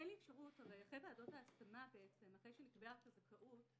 הרי אחרי ועדות ההשמה, מתי שנקבעה הזכאות,